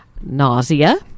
Nausea